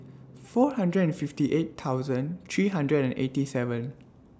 four hundred and fifty eight thousand three hundred and eighty seven